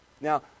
Now